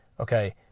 okay